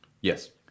Yes